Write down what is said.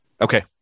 Okay